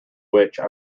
which